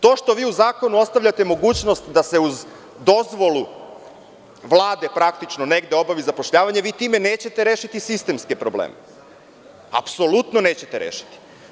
To što vi u zakonu ostavljate mogućnost da se uz dozvolu Vlade negde obavi zapošljavanje, time nećete rešiti sistemske probleme, apsolutno nećete rešiti.